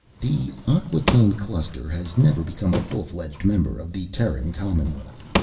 the acquataine cluster has never become a full-fledged member of the terran commonwealth.